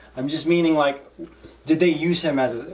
i'm just meaning like did they use him as a.